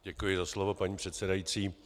Děkuji za slovo, paní předsedající.